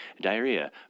diarrhea